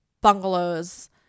Bungalows